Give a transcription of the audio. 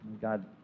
God